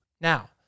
Now